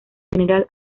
general